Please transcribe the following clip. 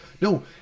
no